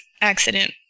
accident